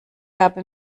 habe